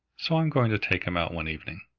so i'm going to take him out one evening.